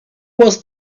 was